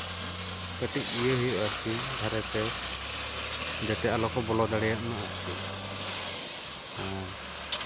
ᱠᱟᱹᱴᱤᱡ ᱤᱭᱟᱹ ᱦᱩᱭᱩᱜᱼᱟ ᱟᱨᱠᱤ ᱫᱷᱟᱨᱮᱛᱮ ᱡᱟᱛᱮ ᱟᱞᱚ ᱠᱚ ᱵᱚᱞᱚ ᱫᱟᱲᱮᱭᱟᱜ ᱢᱟ ᱟᱨᱠᱤ ᱟᱨ